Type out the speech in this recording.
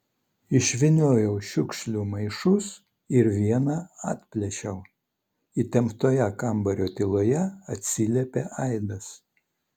išvyniojau šiukšlių maišus ir vieną atplėšiau įtemptoje kambario tyloje atsiliepė aidas